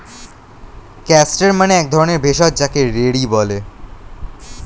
castor মানে এক ধরণের ভেষজ যাকে রেড়ি বলে